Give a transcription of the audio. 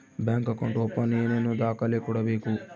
Bank account open ಏನೇನು ದಾಖಲೆ ಕೊಡಬೇಕು?